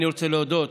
אני רוצה להודות